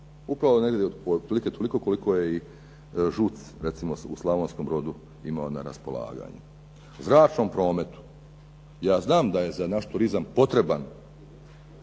Upravo negdje otprilike toliko koliko je i ŽUC recimo u Slavonskom brodu imao na raspolaganju. Zračnom prometu, ja znam da je za naš turizam potrebna